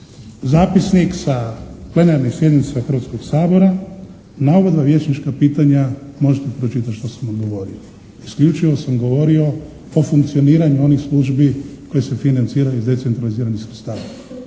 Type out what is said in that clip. zapisnik sa plenarnih sjednica Hrvatskoga sabora. Na oba dva vjećnićka pitanja možete pročitati što sam odgovorio. Isključivo sam govorio o funkcioniranju onih službi koje se financiranju iz decentraliziranih sredstava.